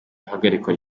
ihagarikwa